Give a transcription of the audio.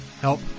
help